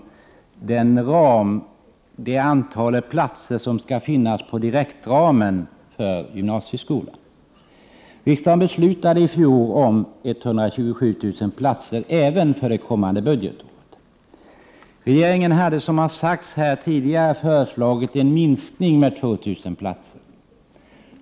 Det har talats om det antal platser som skall finnas i direktramen för gymnasieskolan. Riksdagen beslutade i fjol om 127 000 platser även för det kommande budgetåret. Regeringen hade, som det sagts tidigare i debatten, föreslagit en minskning med 2 000 platser.